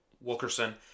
Wilkerson